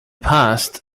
past